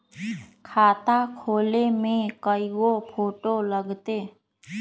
खाता खोले में कइगो फ़ोटो लगतै?